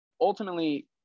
ultimately